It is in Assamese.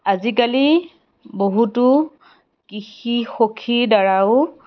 আজিকালি বহুতো কৃষিসখীৰদ্বাৰাও